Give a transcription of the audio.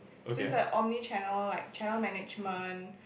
so it's like a omni-channel like channel management